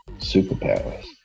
Superpowers